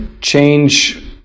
change